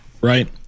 right